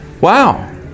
Wow